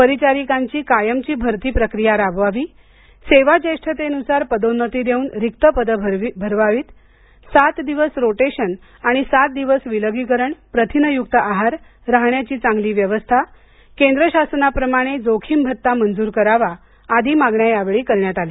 परिचारिकांची कायमची भरती प्रक्रिया राबवावी सेवाज्येष्ठतेन्सार पदोन्नती देऊन रिक्त पदे भरवीत सात दिवस रोटेशन आणि सात दिवस विलागीकरण प्रथिनयुक्त आहार राहण्याची चांगली व्यवस्था केंद्र शासनाप्रमाणे जोखीम भत्ता मंजूर करावा आदी मागण्या यावेळी करण्यात आल्या आहेत